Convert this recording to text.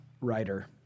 writer